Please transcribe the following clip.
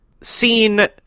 seen